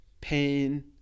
pain